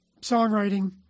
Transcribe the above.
songwriting